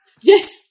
yes